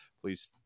Please